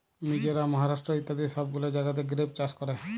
মিজরাম, মহারাষ্ট্র ইত্যাদি সব গুলা জাগাতে গ্রেপ চাষ ক্যরে